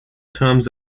terms